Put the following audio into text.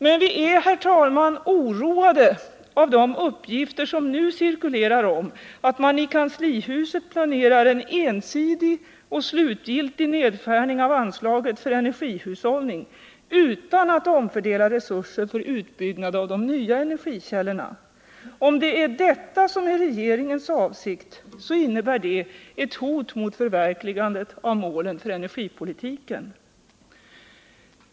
Men vi är, herr talman, oroade av de uppgifter. Nr 163 som nu cirkulerar om att man i kanslihuset planerar en ensidig och slutgiltig Onsdagen den nedskärning av anslaget för energihushållning utan att omfördela resurser för 4 juni 1980 utbyggnad av de nya energikällorna. Om det är detta som är regeringens avsikt, så innebär det ett hot mot förverkligandet av målen för energipolitiken.